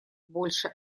больше